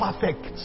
perfect